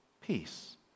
peace